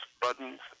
buttons